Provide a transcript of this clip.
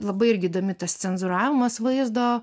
labai irgi įdomi tas cenzūravimas vaizdo